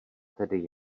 tedy